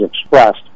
expressed